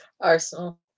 Arsenal